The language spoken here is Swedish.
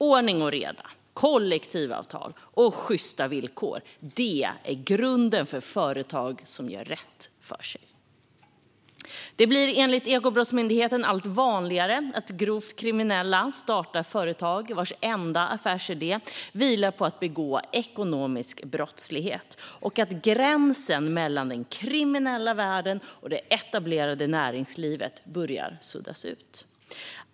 Ordning och reda, kollektivavtal och sjysta villkor är grunden för företag som gör rätt för sig. Det blir enligt Ekobrottsmyndigheten allt vanligare att grovt kriminella startar företag vars enda affärsidé vilar på att begå ekonomisk brottslighet. Gränsen mellan den kriminella världen och det etablerade näringslivet börjar suddas ut.